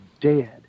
dead